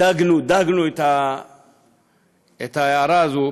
דגנו את ההערה הזאת,